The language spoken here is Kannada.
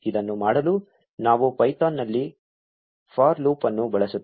ಇದನ್ನು ಮಾಡಲು ನಾವು ಪೈಥಾನ್ನಲ್ಲಿ ಫಾರ್ ಲೂಪ್ ಅನ್ನು ಬಳಸುತ್ತೇವೆ